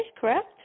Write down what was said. correct